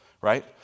right